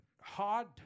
hard